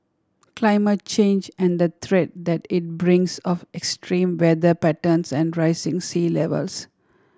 climate change and the threat that it brings of extreme weather patterns and rising sea levels